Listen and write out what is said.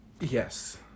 Yes